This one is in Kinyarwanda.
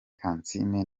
kansiime